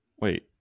Wait